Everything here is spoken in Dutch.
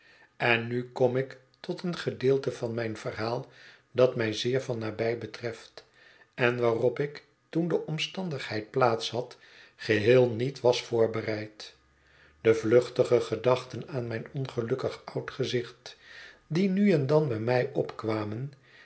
en nu kom ik tot een gedeelte van mijn verhaal dat mij zeer van nabij betreft en waarop ik toen de omstandigheid plaats had geheel niet was voorbereid be vluchtige gedachten aan mijn ongelukkig oud gezicht die nu en dan bij mij opkwamen